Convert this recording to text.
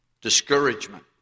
discouragement